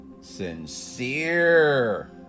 sincere